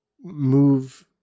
move